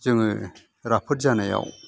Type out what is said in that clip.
जोङो राफोद जानायाव